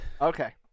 Okay